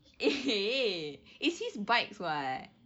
eh it's his bikes [what]